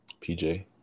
PJ